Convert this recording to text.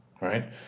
right